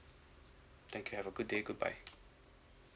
thank you have a good day goodbye